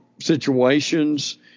situations